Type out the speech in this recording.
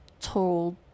told